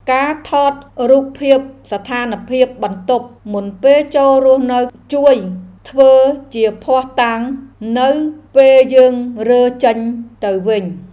ការថតរូបភាពស្ថានភាពបន្ទប់មុនពេលចូលរស់នៅជួយធ្វើជាភស្តុតាងនៅពេលយើងរើចេញទៅវិញ។